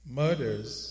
murders